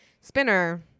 Spinner